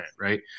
right